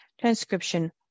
transcription